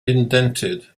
indented